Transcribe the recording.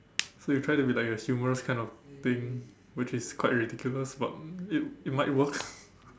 so you try to be like a humorous kind of thing which is quite ridiculous but it it might work